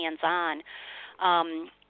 hands-on